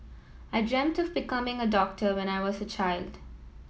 I dreamt of becoming a doctor when I was a child